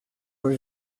were